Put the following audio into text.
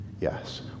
Yes